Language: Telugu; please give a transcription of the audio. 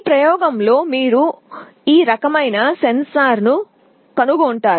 ప్రయోగంలో మేము మీకు ఈ రకమైన సెన్సార్ని చూపిస్తాము